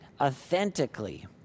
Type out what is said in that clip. authentically